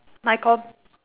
my com~